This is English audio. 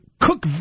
cook